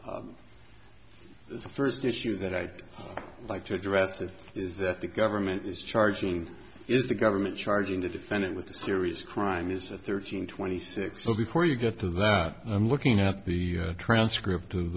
is the first issue that i'd like to address that is that the government is charging is the government charging the defendant with a serious crime is at thirteen twenty six so before you get to that i'm looking at the transcript of